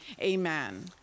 amen